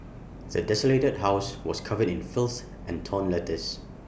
the desolated house was covered in filth and torn letters